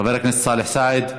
חבר הכנסת סאלח סעד,